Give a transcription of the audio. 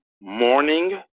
morning